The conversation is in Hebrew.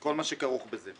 כל מה שכרוך בזה.